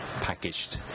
packaged